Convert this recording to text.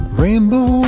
rainbow